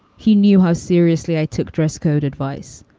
he knew how seriously i took dress code advice.